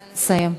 נא לסיים.